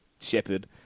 Shepherd